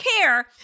care